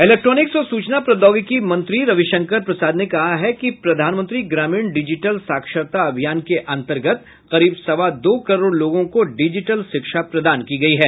electronics और सूचना प्रोद्योगिकी मंत्री रविशंकर प्रसाद ने कहा है कि प्रधानमंत्री ग्रामीण डिजिटल साक्षरता अभियान के अंतर्गत करीब सवा दो करोड़ लोगों को डिजिटल शिक्षा प्रदान की गई है